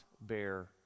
bear